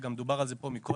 וגם דובר על זה פה מקודם,